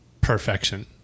perfection